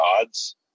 odds